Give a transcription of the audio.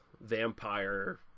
vampire